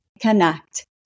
connect